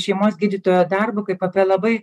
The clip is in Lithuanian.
šeimos gydytojo darbu kaip apie labai